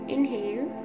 Inhale